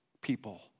people